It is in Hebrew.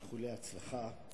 איחולי הצלחה.